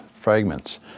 fragments